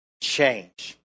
change